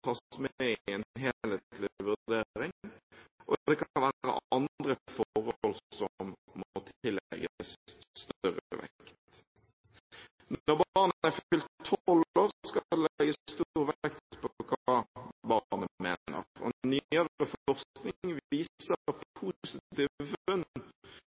tas med i en helhetlig vurdering, og det kan være andre forhold som må tillegges større vekt. Når barnet er fylt tolv år, skal det legges stor vekt på hva barnet mener. Nyere forskning